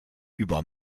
über